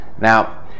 Now